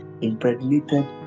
impregnated